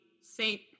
saint